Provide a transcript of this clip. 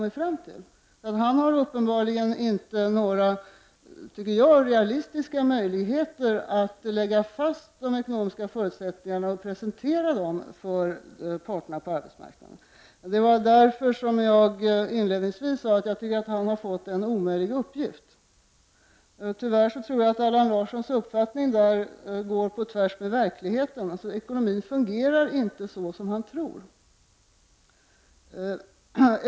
Men han har uppenbarligen, enligt min uppfattning, inte några realistiska möjligheter att lägga fast de ekonomiska förutsättningarna och presentera dem för parterna på arbetsmarknaden. Det var därför som jag inledningsvis sade att jag tycker att han har fått en omöjlig uppgift. Tyvärr tror jag att Allan Larssons uppfattning i dessa sammanhang går på tvärs med verkligheten. Ekonomin fungerar inte på det sätt som han tror.